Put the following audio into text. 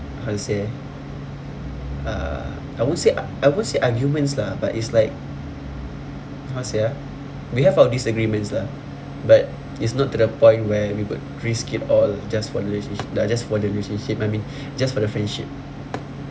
how to say uh I won't say I won't say arguments lah but it's like how to say ah we have our disagreements lah but it's not to the point where we would risk it all just for relationship uh just for the relationship I mean just for the friendship